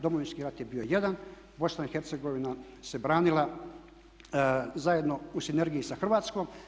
Domovinski rat je bio jedan, BiH se branila zajedno u sinergiji sa Hrvatskom.